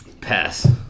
Pass